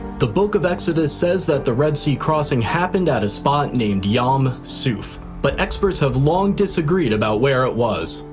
the book of exodus says that the red sea crossing happened at a spot named yam suph, but experts have long disagreed about where it was.